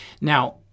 Now